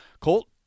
Colt